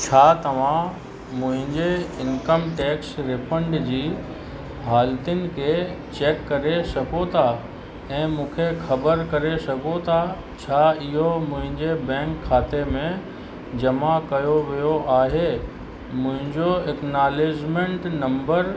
छा तव्हां मुंहिंजे इंकम टैक्स रिफंड जी हालितुनि खे चैक करे सघो था ऐं मूंखे ख़बर करे सघो था छा इहो मुंहिंजे बैंक खाते में जमा कयो वियो आहे मुंहिंजो इकनालेजिमेंट नम्बर